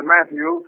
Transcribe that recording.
Matthew